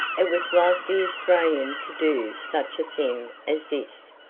it was like the australian to do such a thing as this,